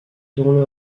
dont